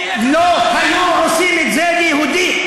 לא היו עושים את זה ליהודי,